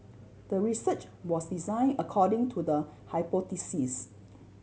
the research was design according to the hypothesis